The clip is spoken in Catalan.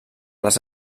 les